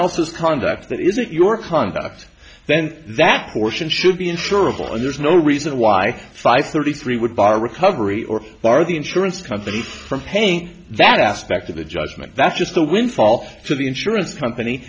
else's conduct that isn't your conduct then that portion should be insurable and there's no reason why five thirty three would bar recovery or bar the insurance company from paying that aspect of the judgment that's just the windfall to the insurance company